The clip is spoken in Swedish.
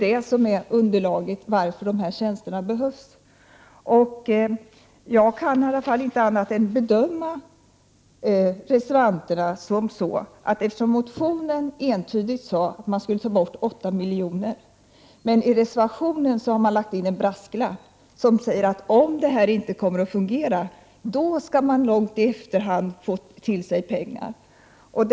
Det är underlaget till att dessa tjänster behövs. Min bedömning är den att man i motionen entydigt föreslagit att 8 miljoner skulle tas bort från anslaget men att man i reservationen har lagt in en brasklapp, där man säger att om detta inte kommer att fungera, så skall pengar tillföras i efterhand.